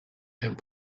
and